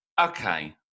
okay